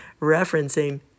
referencing